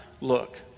look